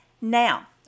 now